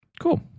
Cool